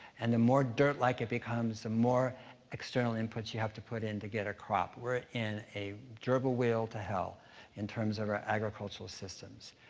and the more dirt-like it becomes, the more external inputs you have to put in to get a crop. we're in a gerbil wheel to hell in terms of our agricultural systems.